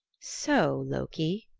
so, loki,